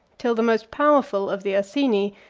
till the most powerful of the ursini,